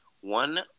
One